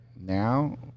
now